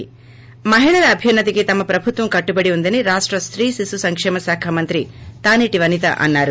ి మహిళల అభ్యున్నతికి తమ ప్రభుత్వం కట్టుబడి ఉందని రాష్ట స్త్రీ శిశు సంకేమ శాఖ మంత్రి తానేటి వనిత అన్నారు